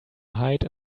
hide